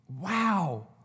Wow